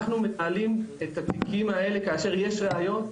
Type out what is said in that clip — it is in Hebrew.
אנחנו מנהלים את התיקים האלה, כאשר יש ראיות,